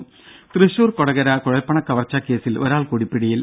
ദേദ തൃശൂർ കൊടകര കുഴൽപ്പണക്കവർച്ചാ കേസിൽ ഒരാൾ കൂടി പിടിയിൽ